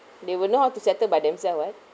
they will know how to settle by themself [what]